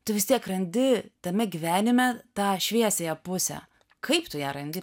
tu vis tiek randi tame gyvenime tą šviesiąją pusę kaip tu ją randi